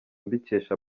mbikesha